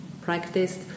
practiced